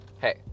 hey